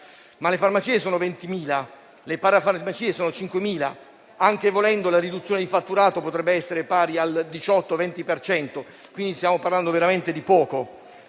Le farmacie però sono 20.000, mentre le parafarmacie sono 5.000 ed anche volendo, la riduzione del fatturato potrebbe essere pari al 18-20 per cento. Stiamo parlando veramente di poco.